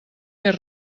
més